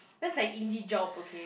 that's like easy job okay